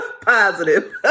positive